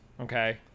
Okay